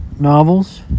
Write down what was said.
novels